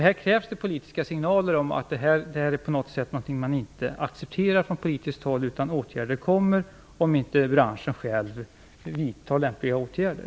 Här krävs det politiska signaler dels om att det här är något som inte accepteras från politiskt håll, dels om att åtgärder kommer ifall branschen själv inte vidtar lämpliga åtgärder.